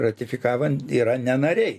ratifikavo yra ne nariai